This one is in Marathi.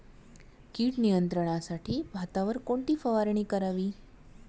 कीड नियंत्रणासाठी भातावर कोणती फवारणी करावी?